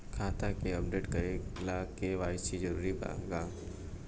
खाता के अपडेट करे ला के.वाइ.सी जरूरी बा का?